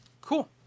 cool